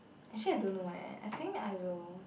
actually I don't know [eh]> I think I will